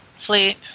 Fleet